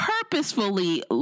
purposefully